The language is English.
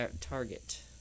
target